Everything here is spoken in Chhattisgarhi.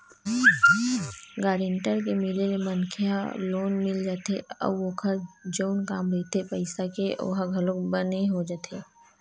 गारेंटर के मिले ले मनखे ल लोन मिल जाथे अउ ओखर जउन काम रहिथे पइसा के ओहा घलोक बने हो जाथे